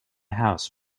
house